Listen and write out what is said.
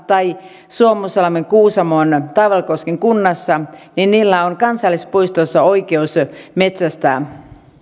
tai kainuun maakunnassa tai pudasjärven kuusamon tai taivalkosken kunnassa on kansallispuistoissa oikeus metsästää